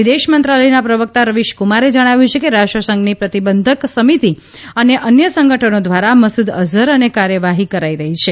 વિદેશમંત્રાલયના પ્રવકતા રવીશ કુમારે જણાવ્યું કે રાષ્ટ્રસંઘની પ્રતિબંધક સમિતિ અને અન્ય સંગઠનો દ્વારા મસૂદ અઝહર અને કાર્યવાહી કરાઇ રહી છે